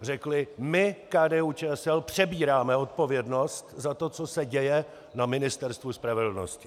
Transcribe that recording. Řekli my, KDUČSL, přebíráme odpovědnost za to, co se děje na Ministerstvu spravedlnosti.